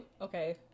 okay